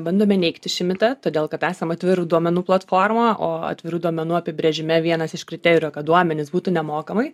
bandome neigti šį mitą todėl kad esam atvirų duomenų platforma o atvirų duomenų apibrėžime vienas iš kriterijų kad duomenys būtų nemokamai